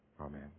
Amen